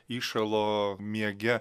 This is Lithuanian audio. įšalo miege